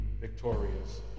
victorious